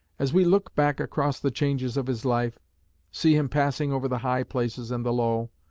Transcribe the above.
as we look back across the changes of his life see him passing over the high places and the low,